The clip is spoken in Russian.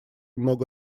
много